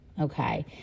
okay